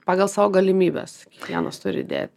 pagal savo galimybes kiekvienas turi dėti